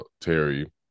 Terry